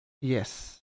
Yes